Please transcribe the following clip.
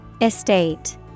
Estate